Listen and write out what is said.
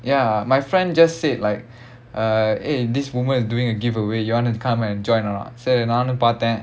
ya my friend just said like uh eh this woman is doing a giveaway you want to come and join or not சரி நானும் பாத்தேன்:sari naanum paathaen